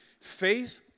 Faith